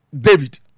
David